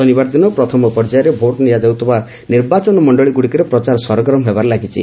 ଶନିବାର ଦିନ ପ୍ରଥମ ପର୍ଯ୍ୟାୟରେ ଭୋଟ୍ ନିଆଯାଉଥିବା ନିର୍ବାଚନ ମଣ୍ଡଳୀଗୁଡ଼ିକରେ ପ୍ରଚାର ସରଗରମ ହେବାରେ ଲାଗିଛି